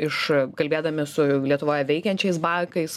iš kalbėdami su lietuvoje veikiančiais bankais